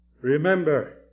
Remember